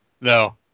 No